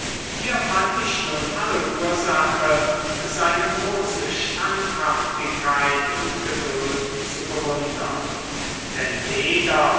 hier fand ich nun alle ursache seine große standhaftigkeit und geduld zu bewundern denn weder